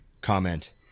comment